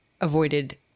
avoided